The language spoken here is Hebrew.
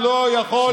אתה רוצה לעבור לפה?